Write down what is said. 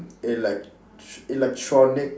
elect~ electronic